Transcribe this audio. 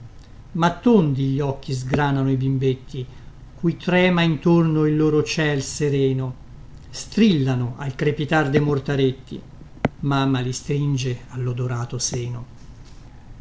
ma tondi gli occhi sgranano i bimbetti cui trema intorno il loro ciel sereno strillano al crepitar de mortaretti mamma li stringe allodorato seno